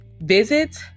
Visit